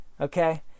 okay